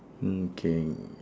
mm K